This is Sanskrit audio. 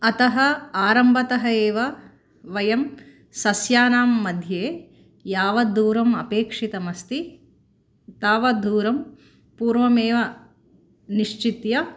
अतः आरम्भतः एव वयं सस्यानां मध्ये यावद्दूरम् अपेक्षितमस्ति तावद्दूरं पूर्वमेव निश्चित्य